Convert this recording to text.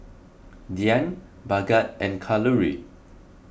Dhyan Bhagat and Kalluri